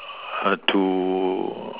to